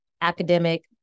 academic